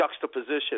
juxtaposition